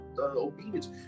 obedience